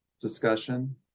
discussion